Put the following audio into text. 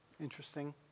Interesting